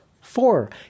Four